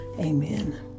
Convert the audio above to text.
Amen